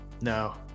No